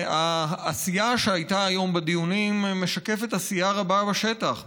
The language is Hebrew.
העשייה שהייתה היום בדיונים משקפת עשייה רבה בשטח,